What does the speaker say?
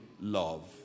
love